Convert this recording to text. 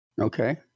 Okay